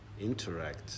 interact